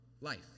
life